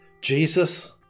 Jesus